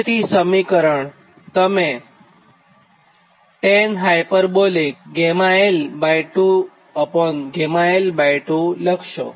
તેથી સમીકરણ તમે γl2 γl2 લખશો